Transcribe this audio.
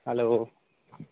hello